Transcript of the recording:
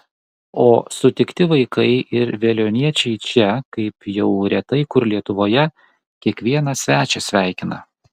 o sutikti vaikai ir veliuoniečiai čia kaip jau retai kur lietuvoje kiekvieną svečią sveikina